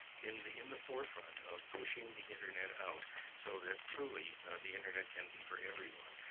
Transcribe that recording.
in the in the forefront of pushing the internet out so that truly the internet can be for everyone.